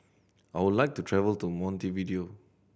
I would like to travel to Montevideo